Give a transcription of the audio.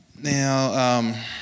Now